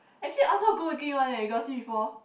actually all of them good looking one eh you got see before